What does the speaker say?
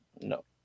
No